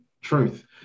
truth